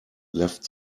left